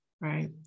Right